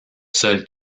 seule